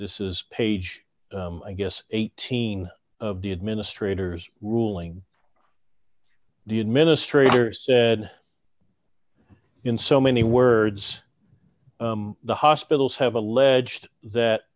this is page i guess eighteen of the administrators ruling the administrator said in so many words the hospitals have alleged